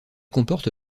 comporte